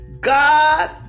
God